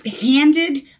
handed